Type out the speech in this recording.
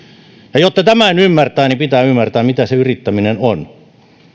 ja jotta tämän ymmärtää niin pitää ymmärtää mitä se yrittäminen on